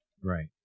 Right